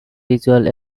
visual